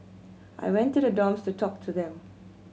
I went to the dorms to talk to them